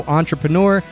entrepreneur